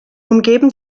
umgeben